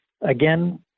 again